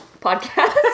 podcast